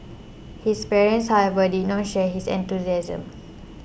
his parents however did not share his enthusiasm